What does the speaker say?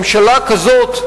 ממשלה כזאת,